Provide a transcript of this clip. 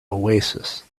oasis